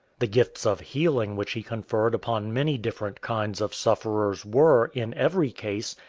the gifts of healing which he conferred upon many different kinds of sufferers were, in every case,